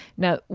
now,